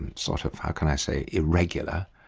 sort of how can i say irregular,